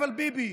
אבל ביבי.